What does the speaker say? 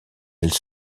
elles